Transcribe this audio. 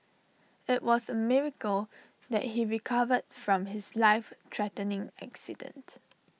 IT was A miracle that he recovered from his life threatening accident